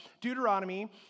Deuteronomy